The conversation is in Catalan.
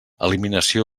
eliminació